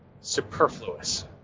superfluous